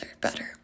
better